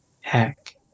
Heck